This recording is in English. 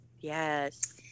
Yes